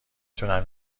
تونم